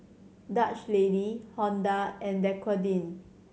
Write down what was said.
Dutch Lady Honda and Dequadin